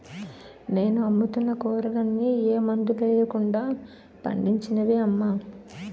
నేను అమ్ముతున్న కూరలన్నీ ఏ మందులెయ్యకుండా పండించినవే అమ్మా